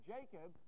Jacob